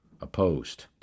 opposed